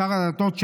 שר הדתות,